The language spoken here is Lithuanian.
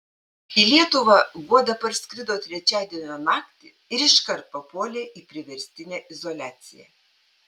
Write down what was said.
į lietuvą guoda parskrido trečiadienio naktį ir iškart papuolė į priverstinę izoliaciją